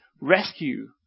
rescue